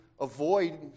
avoid